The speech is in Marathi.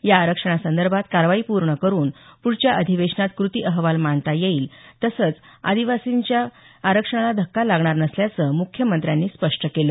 या आरक्षणासंदर्भात कारवाई पूर्ण करुन पूढच्या अधिवेशनात कृती अहवाल मांडला जाईल तसंच आदिवासींच्या आरक्षणाला धक्का लागणार नसल्याचं मुख्यमंत्र्यांनी स्पष्ट केलं